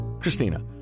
Christina